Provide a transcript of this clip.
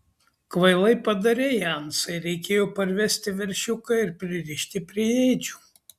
kvailai padarei ansai reikėjo parvesti veršiuką ir pririšti prie ėdžių